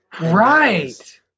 Right